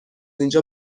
اینجا